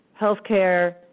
healthcare